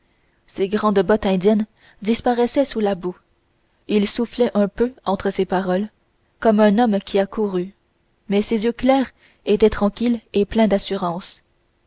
ses grandes bottes indiennes disparaissaient sous la boue il soufflait un peu entre ses paroles comme un homme qui a couru mais ses yeux clairs étaient tranquilles et pleins d'assurance